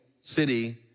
city